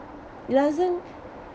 it doesn't